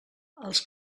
els